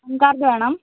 pan card വേണം